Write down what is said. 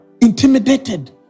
intimidated